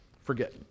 forget